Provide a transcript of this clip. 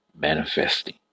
manifesting